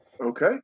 okay